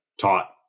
taught